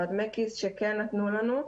ודמי הכיס שכן נתנו לנו,